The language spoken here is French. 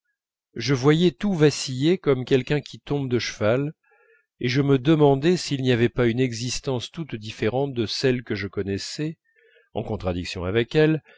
je voyais tout vaciller comme quelqu'un qui tombe de cheval et je me demandais s'il n'y avait pas une existence toute différente de celle que je connaissais en contradiction avec elle